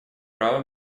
права